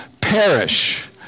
perish